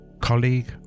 colleague